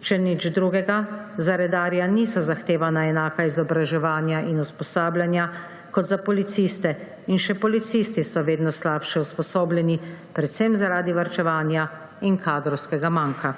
Če nič drugega, za redarja niso zahtevana enaka izobraževanja in usposabljanja kot za policiste, in še policisti so vedno slabše usposobljeni predvsem zaradi varčevanja in kadrovskega manka.